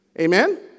Amen